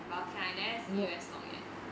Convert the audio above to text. but okay I never see U_S stock leh